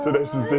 this